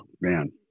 man